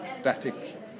static